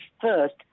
first